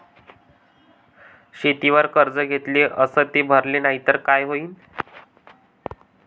शेतीवर कर्ज घेतले अस ते भरले नाही तर काय होईन?